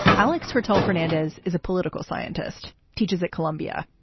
alex fertel fernandez is a political scientist, teaches at columbia.